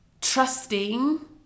trusting